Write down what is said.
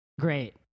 Great